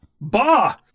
Bah